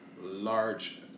large